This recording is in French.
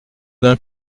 d’un